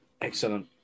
excellent